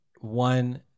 One